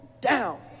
down